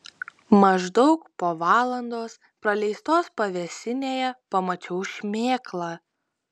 maždaug po valandos praleistos pavėsinėje pamačiau šmėklą